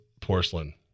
porcelain